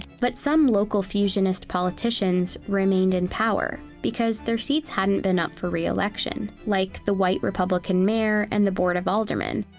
but some local fusionist politicians remained in power, because their seats hadn't been up for re-election like the white republican mayor and the board of aldermen.